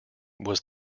was